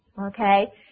okay